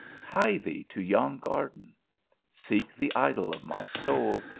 hie thee to yon garden seek the idol of my soul,